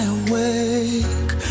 awake